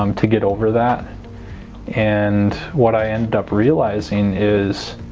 um to get over that and what i end up realizing is